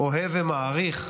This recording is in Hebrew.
אוהב ומעריך.